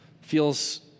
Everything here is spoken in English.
feels